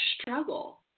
struggle